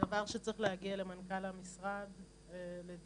זה דבר שצריך להגיע למנכ"ל המשרד לדיון,